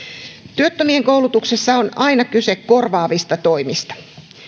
työttömien koulutuksessa on aina kyse korvaavista toimista